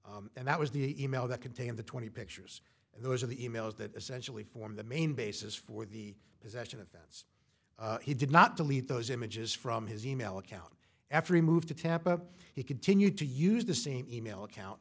and that was the e mail that contained the twenty pictures and those are the e mails that essentially form the main basis for the possession offense he did not delete those images from his e mail account after he moved to tampa he continued to use the same e mail account